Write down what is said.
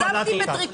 אני עזבתי את הליכוד.